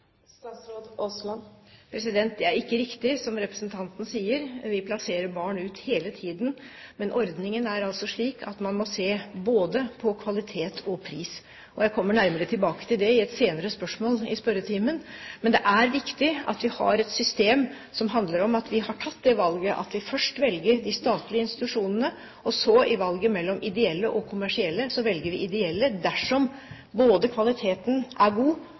Det er ikke riktig det representanten sier. Vi plasserer barn ut hele tiden. Men ordningen er altså slik at man må se på både kvalitet og pris. Jeg kommer nærmere tilbake til det i et senere spørsmål i spørretimen. Men det er viktig at vi har et system som handler om at vi har tatt det valget at vi først velger de statlige institusjonene, og så i valget mellom de ideelle og kommersielle velger vi de ideelle dersom kvaliteten er god,